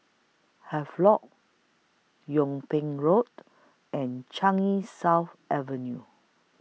Havelock Yung Ping Road and Changi South Avenue